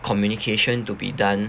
communication to be done